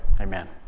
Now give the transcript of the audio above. Amen